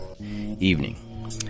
evening